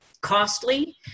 costly